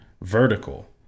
vertical